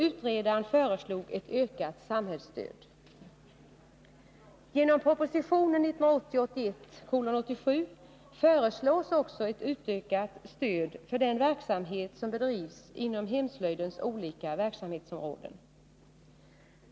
Utredaren föreslog ett ökat samhällsstöd. Genom proposition 1980/81:87 föreslås också ett utökat stöd för den verksamhet som bedrivs inom hemslöjdens olika verksamhetsområden.